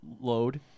load